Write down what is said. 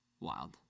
Wild